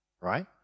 Right